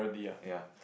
ya